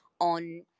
on